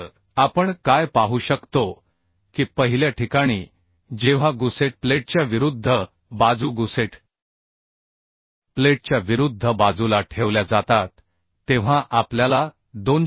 तर आपण काय पाहू शकतो की पहिल्या ठिकाणी जेव्हा गुसेट प्लेटच्या विरुद्ध बाजू गुसेट प्लेटच्या विरुद्ध बाजूला ठेवल्या जातात तेव्हा आपल्याला 258